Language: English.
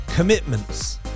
commitments